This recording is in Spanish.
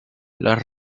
las